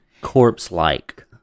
corpse-like